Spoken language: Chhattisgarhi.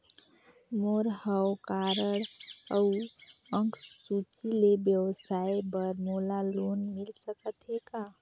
मोर हव कारड अउ अंक सूची ले व्यवसाय बर मोला लोन मिल सकत हे का?